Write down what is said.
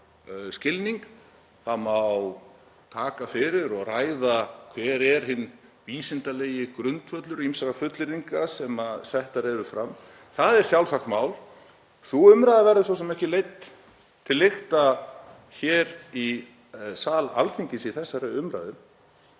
skilning. Það má taka fyrir og ræða hver sé hinn vísindalegi grundvöllur ýmissa fullyrðinga sem settar eru fram. Það er sjálfsagt mál. Sú umræða verður svo sem ekki leidd til lykta hér í sal Alþingis í þessari umræðu.